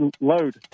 Load